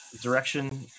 direction